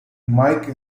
mike